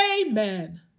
amen